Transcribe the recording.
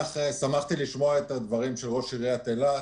שמחתי לשמוע את הדברים של ראש עיריית אילת.